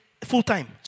full-time